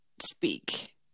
speak